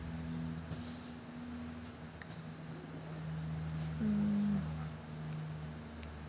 mm